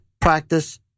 practice